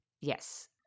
Yes